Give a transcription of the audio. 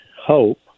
hope